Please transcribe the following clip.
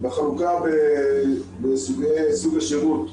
בחלוקה בסוגי סוג השירות,